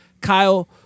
Kyle